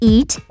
Eat